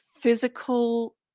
physical